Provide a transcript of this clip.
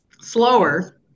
Slower